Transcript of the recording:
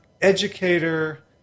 educator